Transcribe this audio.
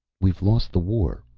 we've lost the war,